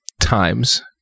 times